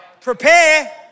prepare